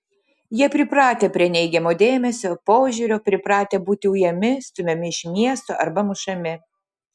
jie pripratę prie neigiamo dėmesio požiūrio pripratę būti ujami stumiami iš miesto arba mušami